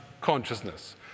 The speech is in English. consciousness